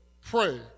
pray